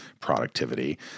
productivity